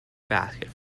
basket